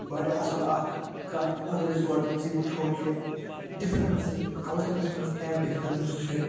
بَڑٕ اَصٕل اَکھ کَتھ اگر أسۍ گۄڈٕنٮ۪تھٕے وٕچھو کہِ ڈِفرَنسٕز کَلچَرَس منٛز کیٛاہ ڈِفرَنٕس چھِ